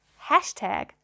Hashtag